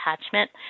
attachment